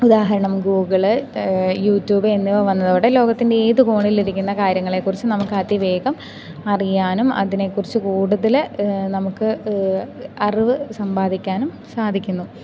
ഉദാഹരണം Google YouTube എന്നിവ വന്നതോടെ ലോകത്തിൻ്റെ ഏതു കോണിലിരിക്കുന്ന കാര്യങ്ങളെക്കുറിച്ച് നമുക്ക് അതിവേഗം അറിയാനും അതിനെക്കുറിച്ച് കൂടുതൽ നമുക്ക് അറിവ് സമ്പാദിക്കാനും സാധിക്കുന്നു